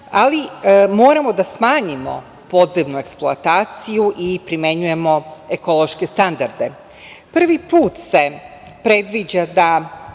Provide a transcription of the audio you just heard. ali moramo da smanjimo podzemnu eksploataciju i primenjujemo ekološke standarde. Prvi put se predviđa da